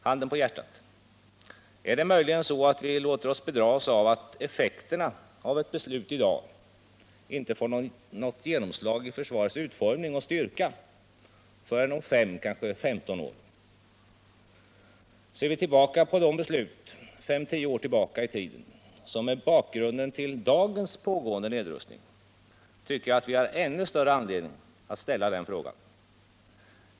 Handen på hjärtat — är det möjligen så att vi låter oss bedras av att effekterna av ett beslut i dag inte får något genomslag i försvarets utformning och styrka förrän om 5, kanske 15 år? Ser vi tillbaka på de beslut 5—-10 år tillbaka i tiden, som är bakgrunden till dagens pågående nedrustning, tycker jag att vi har ännu större anledning att ställa den frågan.